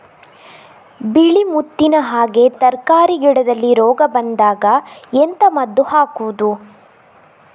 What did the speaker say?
ಬಿಳಿ ಮುತ್ತಿನ ಹಾಗೆ ತರ್ಕಾರಿ ಗಿಡದಲ್ಲಿ ರೋಗ ಬಂದಾಗ ಎಂತ ಮದ್ದು ಹಾಕುವುದು?